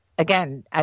Again